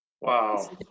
Wow